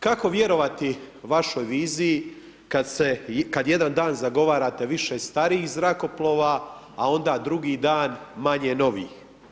Kako vjerovati vašoj viziji, kad se, kad jedan dan zagovarate više starijih zrakoplova, a onda drugi dan manje novih.